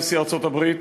נשיא ארצות-הברית,